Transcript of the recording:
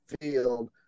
field